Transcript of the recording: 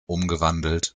umgewandelt